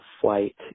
flight